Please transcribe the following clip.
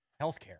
healthcare